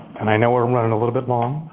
and i know we're um running a little bit long,